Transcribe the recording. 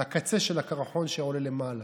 מהקצה של הקרחון שעולה למעלה.